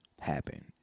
happen